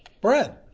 Bread